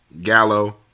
Gallo